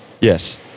Yes